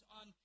on